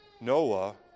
Noah